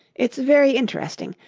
it's very interesting.